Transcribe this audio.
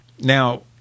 Now